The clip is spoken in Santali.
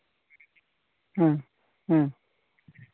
ᱦᱮᱸ ᱦᱮᱸ